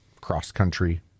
cross-country